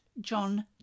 John